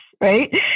right